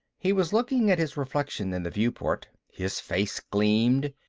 he was looking at his reflection in the viewport. his face gleamed.